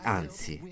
anzi